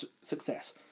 success